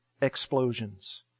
explosions